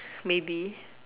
maybe